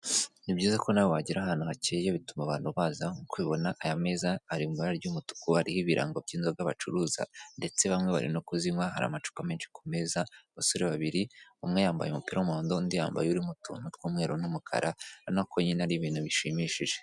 Ni byiza ko nawe wagira ahantu hakeye bituma abantu baza, nk'uko ubibona aya meza ari mu ibara ry'umutuku, hariho ibirango by'inzoga bacuruza ndetse bamwe bari no kuzinywa, hari amacupa menshi ku meza, abasore babiri umwe yambaye umupira w'umuhondo undi yambaye urimo uturonko tw'umweru n'umukara urabona ko nyine ari ibintu bishimishije.